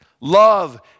Love